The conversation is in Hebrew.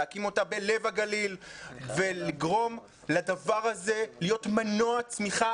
להקים אותה בלב הגליל ולגרום לדבר הזה להיות מנוע צמיחה